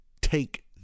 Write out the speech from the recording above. Take